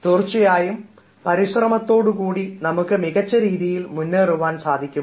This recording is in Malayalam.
തീർച്ചയായും പരിശ്രമംത്തോടുകൂടി നമുക്ക് മികച്ച രീതിയിൽ മുന്നേറുവാൻ സാധിക്കും